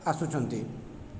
ଆସୁଛନ୍ତି